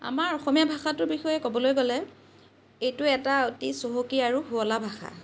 আমাৰ অসমীয়া ভাষাটোৰ বিষয়ে ক'বলৈ গ'লে এইটো এটা অতি চহকী আৰু শুৱলা ভাষা